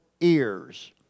ears